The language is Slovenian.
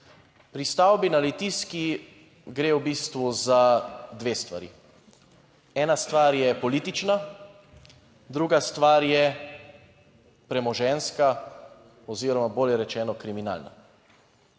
Pri stavbi na Litijski gre v bistvu za dve stvari. Ena stvar je politična, druga stvar je premoženjska oziroma, bolje rečeno, kriminalna.